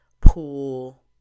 Pool